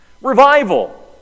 Revival